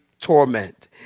torment